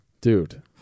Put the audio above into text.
Dude